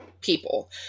people